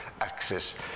access